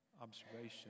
observation